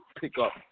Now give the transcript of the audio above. pickup